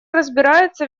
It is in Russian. разбирается